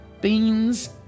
Beans